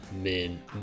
men